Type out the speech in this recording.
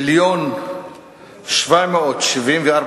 ממשלת